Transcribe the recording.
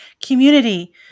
Community